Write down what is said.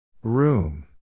Room